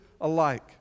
alike